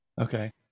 Okay